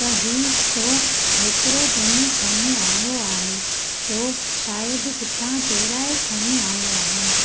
त ई तो हेतिरो धन खणी आयो आही सो शायदि किथां चोराए खणी आयो आहीं